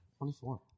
24